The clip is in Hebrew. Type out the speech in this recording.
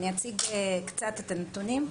אני אציג קצת את הנתונים.